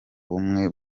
bumwe